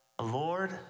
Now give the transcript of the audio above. Lord